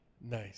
Nice